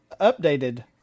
updated